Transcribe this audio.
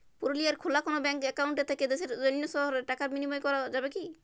পুরুলিয়ায় খোলা কোনো ব্যাঙ্ক অ্যাকাউন্ট থেকে দেশের অন্য শহরে টাকার বিনিময় করা যাবে কি?